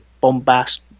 Bombast